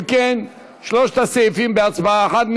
אם כן, שלושת הסעיפים בהצבעה אחת.